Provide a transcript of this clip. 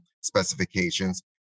specifications